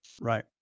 Right